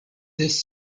this